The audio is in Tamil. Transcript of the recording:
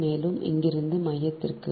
மேலும் இங்கிருந்து மையத்திற்கு